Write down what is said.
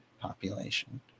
population